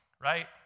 right